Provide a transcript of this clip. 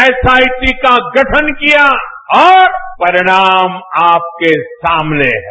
SIT का गठन किया और परिणाम आपके सामने हैं